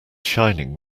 shining